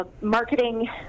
marketing